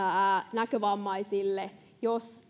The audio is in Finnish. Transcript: näkövammaisille jos